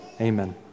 amen